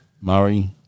Murray